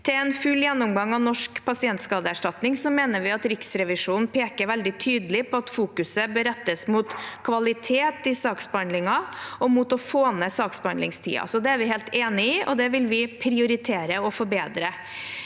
Til en full gjennomgang av Norsk pasientskadeerstatning mener vi Riksrevisjonen peker veldig tydelig på at fokuset bør rettes mot kvalitet i saksbehandlingen og mot å få ned saksbehandlingstiden. Det er vi helt enig i, og det vil vi prioritere å forbedre.